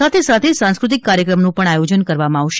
સાથે સાંસ્કૃતિક કાર્યક્રમનું પણ આયોજન કરવામાં આવશે